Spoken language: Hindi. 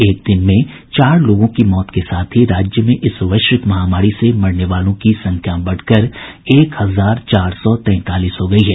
एक दिन में चार लोगों की मौत के साथ ही राज्य में इस वैश्विक महामारी से मरने वालों की संख्या बढ़कर एक हजार चार सौ तैंतालीस हो गई है